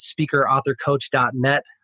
speakerauthorcoach.net